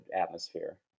atmosphere